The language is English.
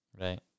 Right